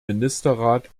ministerrat